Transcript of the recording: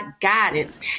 guidance